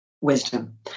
wisdom